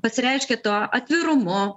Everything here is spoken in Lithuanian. pasireiškia tuo atvirumu